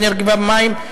האנרגיה והמים,